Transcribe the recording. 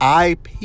ip